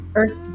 Earth